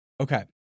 Okay